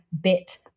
bit